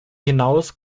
hinaus